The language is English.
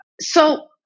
So-